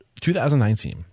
2019